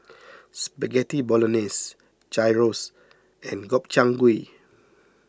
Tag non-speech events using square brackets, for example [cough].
[noise] Spaghetti Bolognese Gyros and Gobchang Gui